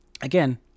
again